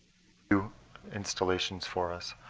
do installations for us.